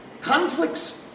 conflicts